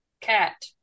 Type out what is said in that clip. cat